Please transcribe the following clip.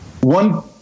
one